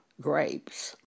grapes